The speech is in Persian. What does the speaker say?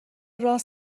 راس